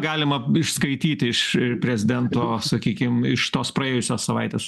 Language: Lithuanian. galima išskaityti iš prezidento sakykim iš tos praėjusios savaitės